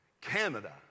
Canada